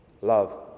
Love